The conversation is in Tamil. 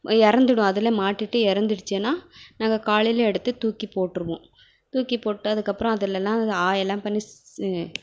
இறந்துடும் அதிலே மாட்டிகிட்டு இறந்துடுச்சினா நாங்கள் காலையில எடுத்து தூக்கி போட்ருவோம் தூக்கி போட்டு அதுக்கு அப்புறம் அதிலெல்லாம் ஆயெல்லாம் பண்ணி